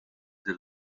del